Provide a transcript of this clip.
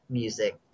music